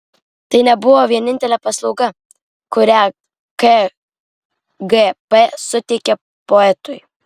tai nebuvo vienintelė paslauga kurią kgb suteikė poetui